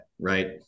Right